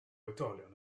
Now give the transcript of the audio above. oedolion